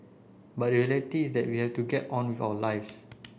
but the reality is that we have to get on with our lives